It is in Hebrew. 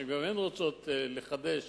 שגם הן רוצות לחדש